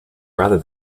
rather